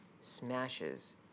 smashes